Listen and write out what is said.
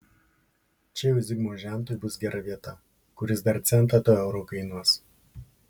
čia jau zigmo žentui bus gera vieta kuris dar centą to euro kainuos